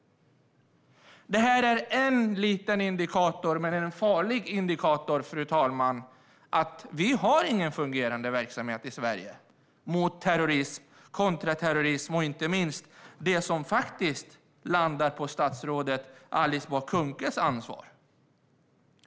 Fru talman! Det är en liten men farlig indikator på att Sverige inte har en fungerande verksamhet mot terrorism och kontraterrorism. Inte minst gäller detta det som faktiskt landar på statsrådet Alice Bah Kuhnkes ansvar.